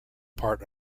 part